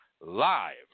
live